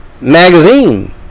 Magazine